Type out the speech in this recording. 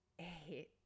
eight